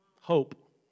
Hope